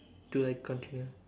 to like continue